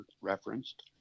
referenced